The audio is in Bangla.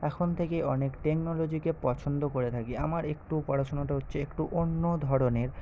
এখন থেকেই অনেক টেকনোলজিকে পছন্দ করে থাকি আমার একটু পড়াশোনাটা হচ্ছে একটু অন্য ধরনের